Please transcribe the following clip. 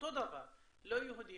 אותו דבר, לא יהודי.